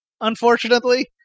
Unfortunately